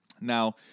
Now